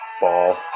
ball